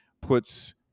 puts